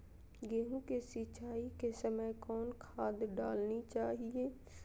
गेंहू के सिंचाई के समय कौन खाद डालनी चाइये?